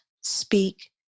speak